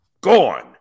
gone